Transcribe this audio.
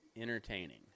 entertaining